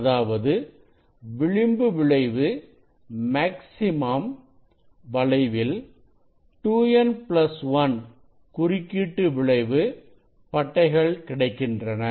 அதாவது விளிம்பு விளைவு மேக்ஸிமம் வளைவில் 2n1 குறுக்கீட்டு விளைவு பட்டைகள் கிடைக்கின்றன